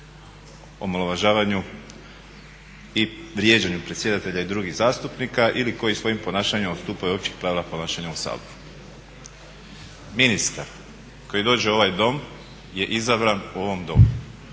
omalovažavanju i vrijeđanju predsjedatelja i drugih zastupnika ili koji svojim ponašanjem odstupaju od općih pravila ponašanja u Saboru. Ministar koji dođe u ovaj Dom je izabran u ovom Domu